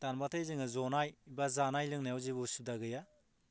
दानबाथाय जोङो ज'नाय बा जानाय लोंनायाव जेबो उसुबिदा गैया